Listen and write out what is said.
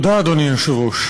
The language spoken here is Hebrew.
תודה, אדוני היושב-ראש.